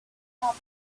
few